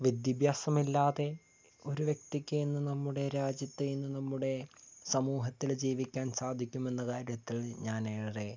വിദ്യഭ്യാസം ഇല്ലാതെ ഒരു വ്യക്തിക്ക് ഇന്ന് നമ്മുടെ രാജ്യത്ത് ഇന്ന് നമ്മുടെ സമൂഹത്തിൽ ജീവിക്കാൻ സാധിക്കും എന്ന കാര്യത്തിൽ ഞാനേറെ